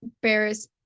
Barris